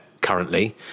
currently